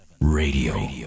radio